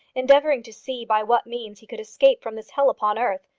endeavouring to see by what means he could escape from this hell upon earth.